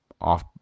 off